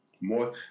More